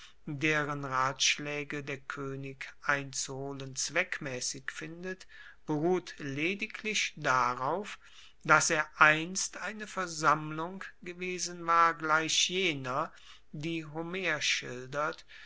deren ratschlaege der koenig einzuholen zweckmaessig findet beruht lediglich darauf dass er einst eine versammlung gewesen war gleich jener die homer schildert